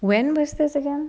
when was this again